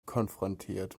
konfrontiert